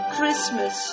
Christmas